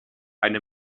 eine